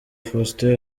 faustin